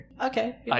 okay